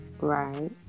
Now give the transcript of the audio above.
Right